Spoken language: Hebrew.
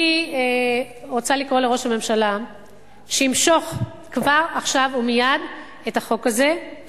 אני רוצה לקרוא לראש הממשלה שימשוך כבר עכשיו ומייד את החוק הזה,